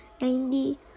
ninety